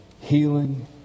healing